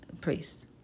priests